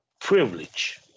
privilege